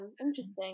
interesting